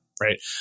Right